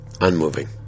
Unmoving